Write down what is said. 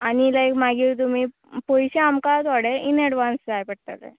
आनी लायक मागीर तुमी पयशे आमकां थोडे इन एडवांस जाय पडटले